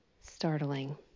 startling